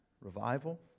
revival